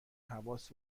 حواس